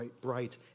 bright